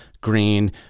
green